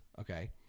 Okay